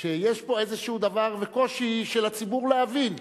שיש פה איזשהו דבר וקושי של הציבור להבין.